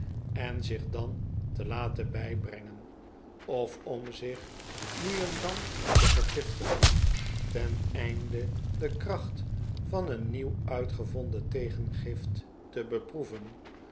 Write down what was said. en zich dan te laten bijbrengen of om zich nu en dan te vergiftigen ten einde de kracht van een nieuw uitgevonden tegengift te beproeven